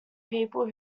people